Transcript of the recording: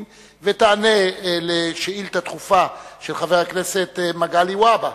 תעלה על דוכן הנואמים ותענה על שאילתא דחופה של חבר הכנסת מגלי והבה.